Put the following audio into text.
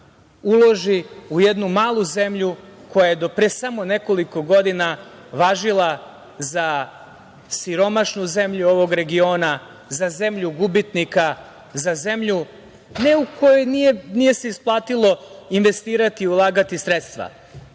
uloži u jednu malu zemlju koja je do pre samo nekoliko godina važila za siromašnu zemlju ovog regiona, za zemlju gubitnika, za zemlju ne u kojoj se nije isplatilo investirati i ulagati sredstva,